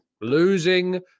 losing